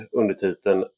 undertiteln